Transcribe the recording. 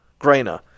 Grainer